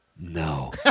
no